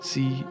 See